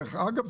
דרך אגב,